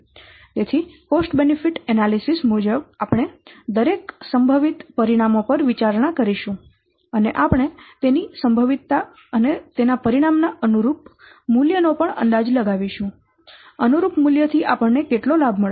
તેથી cost benefit analysis મુજબ આપણે દરેક સંભવિત પરિણામો પર વિચારણા કરીશું અને આપણે તેની સંભવિતતા અને તેના પરિણામ ના અનુરૂપ મૂલ્યનો પણ અંદાજ લગાવીશું અનુરૂપ મૂલ્ય થી આપણને કેટલો લાભ મળશે